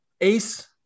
ace